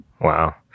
Wow